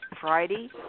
Friday